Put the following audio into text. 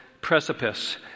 precipice